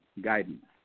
guidance